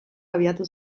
abiatu